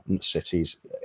cities